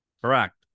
Correct